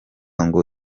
ngo